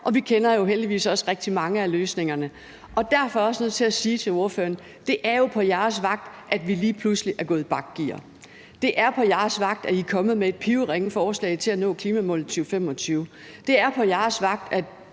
og vi kender jo heldigvis også rigtig mange af løsningerne. Derfor er jeg også nødt til sige til ordføreren: Det er jo på jeres vagt, at vi lige pludselig er gået i bakgear; det er på jeres vagt, at I er kommet med et pivringe forslag til at nå klimamålet i 2025; det er på jeres vagt, at